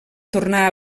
tornà